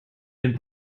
den